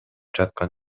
жаткан